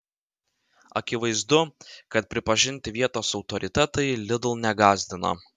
akivaizdu kad pripažinti vietos autoritetai lidl negąsdina